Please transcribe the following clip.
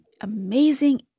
amazing